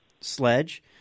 sledge